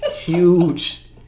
huge